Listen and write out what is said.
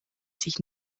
sich